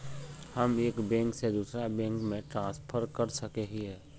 हम एक बैंक से दूसरा बैंक में ट्रांसफर कर सके हिये?